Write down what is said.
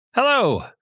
Hello